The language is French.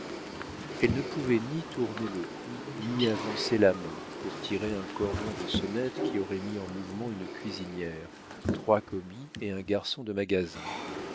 elle ne pouvait ni tourner le cou ni avancer la main pour tirer un cordon de sonnette qui aurait mis en mouvement une cuisinière trois commis et un garçon de magasin